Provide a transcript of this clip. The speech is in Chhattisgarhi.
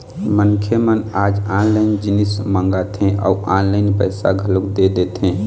मनखे मन आज ऑनलाइन जिनिस मंगाथे अउ ऑनलाइन पइसा घलोक दे देथे